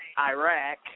Iraq